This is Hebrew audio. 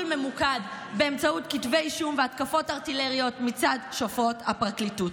ממוקד באמצעות כתבי אישום והתקפות ארטילריות מצד שופרות הפרקליטות,